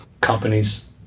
companies